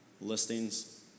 Listings